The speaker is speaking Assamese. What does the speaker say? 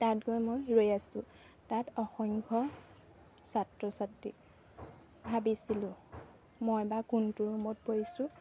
তাত গৈ মই ৰৈ আছোঁ তাত অসংখ্য ছাত্ৰ ছাত্ৰী ভাবিছিলোঁ মই বা কোনটো ৰুমত পৰিছোঁ